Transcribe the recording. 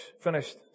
finished